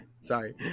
Sorry